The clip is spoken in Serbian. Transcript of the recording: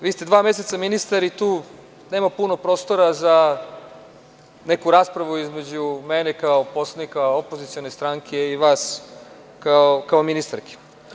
Vi ste dva meseca ministar i tu nema puno prostora za neku raspravu između mene, kao poslanika opozicione stranke, i vas kao ministarke.